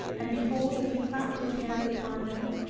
and behold, as he clapped his hands upon them,